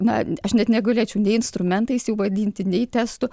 na aš net negalėčiau nei instrumentais jų vadinti nei testų